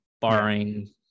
barring